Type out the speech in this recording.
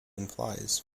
implies